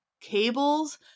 cables